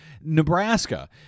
nebraska